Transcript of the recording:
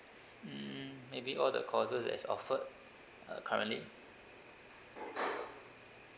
mm maybe all the courses that's offered uh currently